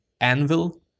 anvil